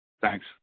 Thanks